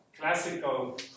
classical